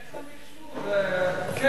איך המכשור, קשר וכו'?